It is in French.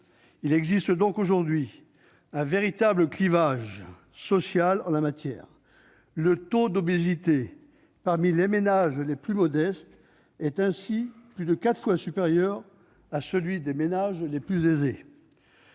Il existe donc aujourd'hui un véritable clivage social en la matière : le taux d'obésité parmi les ménages les plus modestes est ainsi plus de quatre fois supérieur à celui qui est observé